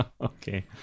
okay